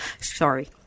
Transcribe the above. sorry